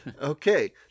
Okay